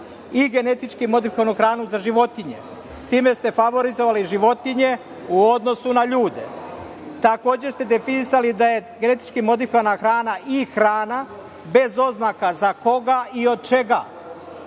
i genetički modifikovanu hranu za životinje time ste favorizovali životinje u odnosu na ljude. Takođe ste definisali da je genetički modifikovana hrana i hrana bez oznaka za koga i od čega,